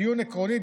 דיון עקרוני,